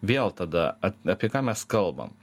vėl tada apie ką mes kalbam